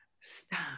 stop